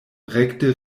rekte